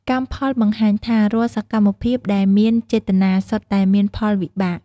កម្មផលបង្ហាញថា រាល់សកម្មភាពដែលមានចេតនា សុទ្ធតែមានផលវិបាក។